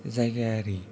जायगायारि